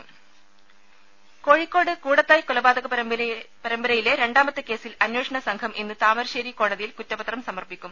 ദദ കോഴിക്കോട് കൂടത്തായ് കൊലപാതക പരമ്പരയിലെ രണ്ടാമത്തെ കേസിൽ അന്വേഷണ സംഘം ഇന്ന് താമരശേരി കോടതിയിൽ കുറ്റപത്രം സമർപ്പിക്കും